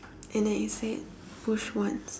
and then it said push once